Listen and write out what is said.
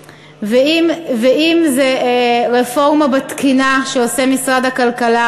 ואם זה רפורמה בתקינה שעושה משרד הכלכלה,